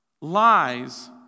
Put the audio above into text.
Lies